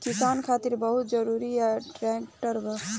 किसान खातिर बहुत जरूरी बा ट्रैक्टर